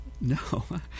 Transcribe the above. No